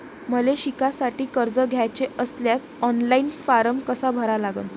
मले शिकासाठी कर्ज घ्याचे असल्यास ऑनलाईन फारम कसा भरा लागन?